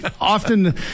often